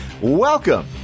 Welcome